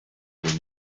wohl